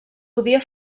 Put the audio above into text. podia